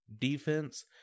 defense